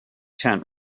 tent